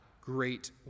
great